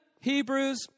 Hebrews